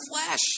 flesh